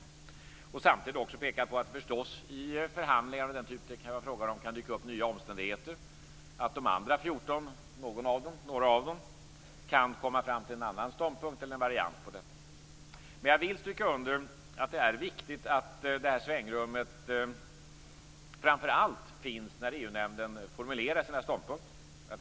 Samtidigt har man förstås också pekat på att det kan dyka upp nya omständigheter i förhandlingar av den typ som det kan vara fråga om, att några av de andra 14 länderna kan komma fram till en annan ståndpunkt eller en variant på denna. Jag vill stryka under att det är viktigt att detta svängrum framför allt finns när EU-nämnden formulerar sina ståndpunkter.